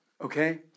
Okay